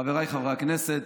חבריי חברי הכנסת,